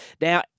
Now